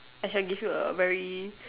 I shall give you a very